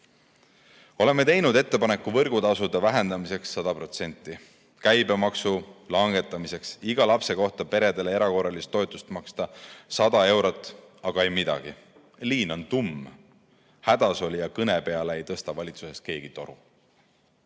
Oleme teinud ettepaneku võrgutasude vähendamiseks 100%, käibemaksu langetamiseks, iga lapse kohta peredele erakorralise toetuse maksmiseks 100 eurot, aga ei midagi. Liin on tumm, hädasolija kõne peale ei tõsta valitsuses keegi toru.